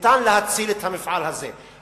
ניתן להציל את המפעל הזה.